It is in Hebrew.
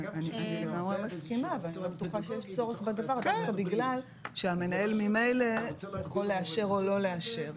אני לא בטוחה שיש צורך בדבר הזה בגלל שהמנהל יכול לאשר או לא לאשר.